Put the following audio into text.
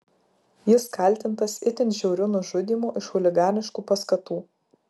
jis kaltintas itin žiauriu nužudymu iš chuliganiškų paskatų